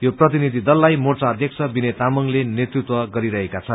यो प्रतिनिधि दललाई मोर्चा अध्यक्ष विनय तामाङले नेतृत्व गरिरहेका छन्